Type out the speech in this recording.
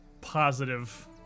positive